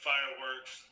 Fireworks